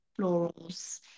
florals